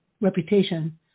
reputation